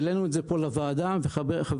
העלינו את זה פה בוועדה, וחבר